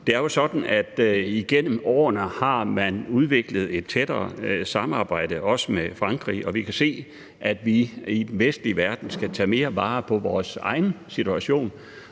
Det er jo sådan, at man igennem årene har udviklet et tættere samarbejde med Frankrig. Og vi kan se, at vi i den vestlige verden skal tage mere vare på vores egen situation.